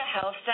health